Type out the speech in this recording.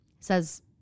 says